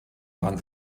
waren